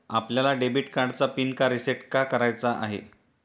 आपल्याला डेबिट कार्डचा पिन का रिसेट का करायचा आहे?